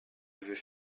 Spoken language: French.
avait